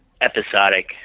episodic